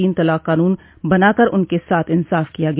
तीन तलाक कानून बनाकर उनके साथ इंसाफ किया गया